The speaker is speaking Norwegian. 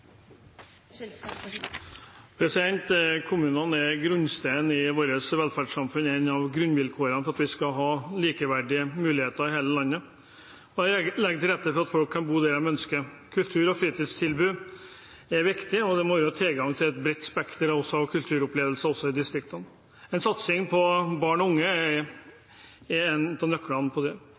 omme. Kommunene er grunnsteinen i velferdssamfunnet vårt, et av grunnvilkårene for at vi skal ha likeverdige muligheter i hele landet og legge til rette for at folk kan bo der de ønsker. Kultur- og fritidstilbud er viktig, og det må være tilgang til et bredt spekter av kulturopplevelser også i distriktene. En satsing på barn og unge er en av nøklene når det